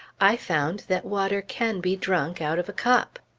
i found that water can be drunk out of a cup!